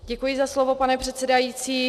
Děkuji za slovo, pane předsedající.